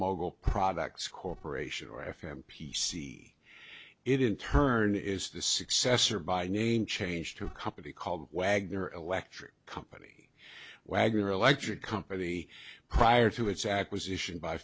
mogul products corporation or f m p see it in turn is the successor by name changed to a company called wagner electric company wagoner electric company prior to its acquisition by